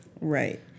Right